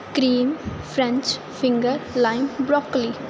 cream French finger lime broccoli